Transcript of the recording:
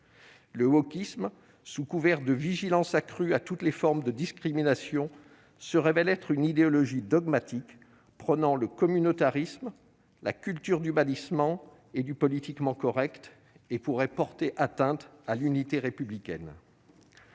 Le wokisme sous couvert de vigilance accrue à toutes les formes de discrimination se révèle être une idéologie dogmatique, prenant le communautarisme, la culture du bannissement et du politiquement correct et pourrait porter atteinte à l'unité républicaine. à